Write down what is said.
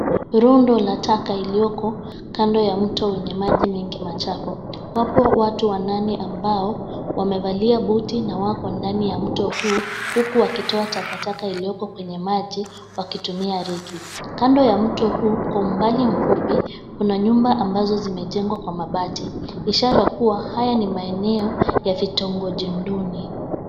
Ni rundu la taka iliyoko kando ya mto wenye maji mengi machafu. Wapo watu wanane ambao wamevalia buti na wako ndani ya mto huu huku wakitoa takataka iliyoko kwenye maji wakitumia reki. Kando ya mto huu, kwa umbali mfupi, kuna nyumba ambazo zimejengwa kwa mabati ishara kuwa haya ni maeno ya vitongoji duni.